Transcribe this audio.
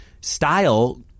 style